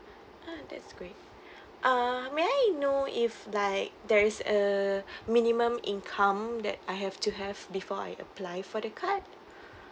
ah that's great uh may I know if like there is a minimum income that I have to have before I apply for the card